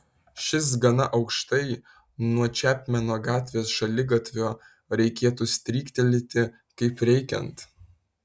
šis gana aukštai nuo čepmeno gatvės šaligatvio reikėtų stryktelėti kaip reikiant